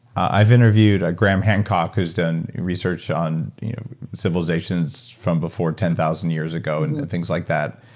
i've interviewed graham hancock who's done research on civilizations from before ten thousand years ago and things like that.